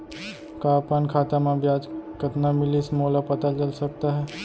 का अपन खाता म ब्याज कतना मिलिस मोला पता चल सकता है?